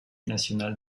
national